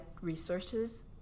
resources